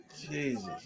Jesus